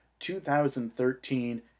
2013